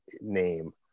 name